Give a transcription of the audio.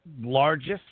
largest